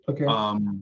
Okay